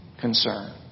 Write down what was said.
concern